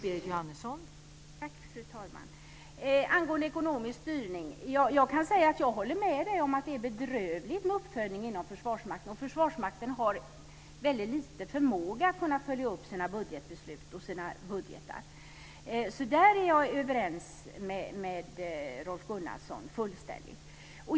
Fru talman! Angående ekonomisk styrning kan jag säga att jag håller med om att det är bedrövligt med uppföljningen inom Försvarsmakten. Försvarsmakten har väldigt dålig förmåga att följa upp sina budgetbeslut och sina budgetar. Så där är jag fullständigt överens med Rolf Gunnarsson.